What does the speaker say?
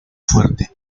fuerte